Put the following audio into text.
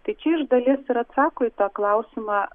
tai čia iš dalies ir atsako į tą klausimą